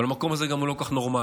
המקום הזה גם לא כל כך נורמלי,